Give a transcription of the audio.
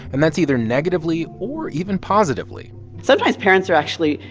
and that's either negatively or even positively sometimes, parents are actually,